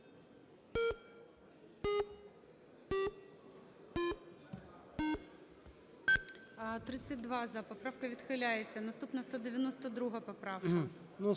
За-27 Поправка відхиляється. Наступна 193 поправка,